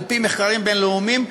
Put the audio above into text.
על-פי מחקרים בין-לאומיים,